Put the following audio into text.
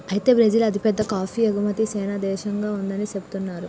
అయితే బ్రిజిల్ అతిపెద్ద కాఫీ ఎగుమతి సేనే దేశంగా ఉందని సెబుతున్నారు